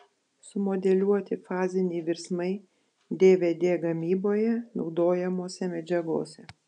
sumodeliuoti faziniai virsmai dvd gamyboje naudojamose medžiagose